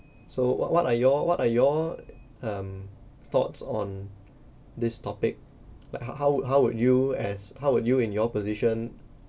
so what what are your what are your um thoughts on this topic like h~ how how would you as how would you in your position